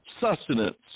sustenance